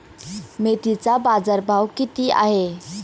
मेथीचा बाजारभाव किती आहे?